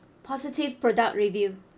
positive product review